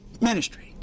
ministry